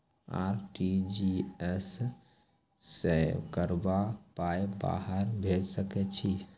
RTGS सअ कतबा पाय बाहर भेज सकैत छी?